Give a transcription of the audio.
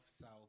South